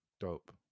Dope